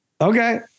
Okay